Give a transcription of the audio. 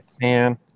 man